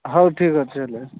ହଉ ଠିକ୍ ଅଛି ହେଲେ